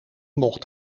mocht